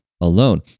alone